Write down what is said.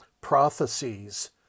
prophecies